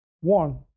One